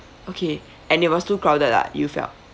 okay and it was too crowded lah you felt